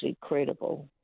credible